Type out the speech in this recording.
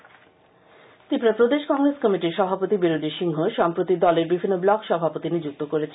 কংগ্রেস ত্রিপুরা প্রদেশ কংগ্রেস কমিটির সভাপতি বীরজিৎ সিংহ সম্প্রতি দলের বিভিন্ন ব্লক সভাপতি নিযুক্ত করেছেন